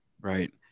right